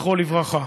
זכרו לברכה.